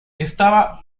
estaba